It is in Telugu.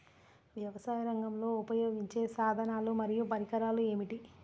వ్యవసాయరంగంలో ఉపయోగించే సాధనాలు మరియు పరికరాలు ఏమిటీ?